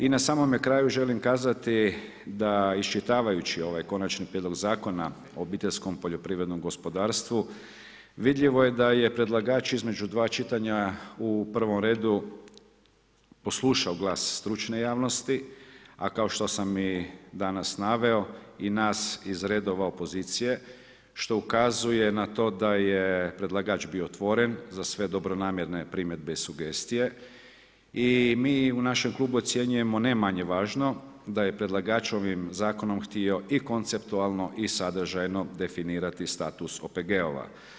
I na samome kraju želim kazati da iščitavajući ovaj konačni Prijedlog zakona o obiteljskom poljoprivrednom gospodarstvu, vidljivo je da je predlagač između dva čitanja u prvo redu, poslušao glas stručne javnosti, a kao što sam i danas naveo i nas iz redova opozicije što ukazuje na to da je predlagač bio otvoren za sve dobronamjerne primjedbe i sugestije i mi u našem Klubu ocjenjujemo ne manje važno, da je predlagač ovim Zakonom htio i konceptualno i sadržajno definirati status OPG-ova.